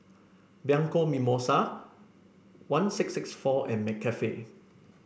Bianco Mimosa one six six four and McCafe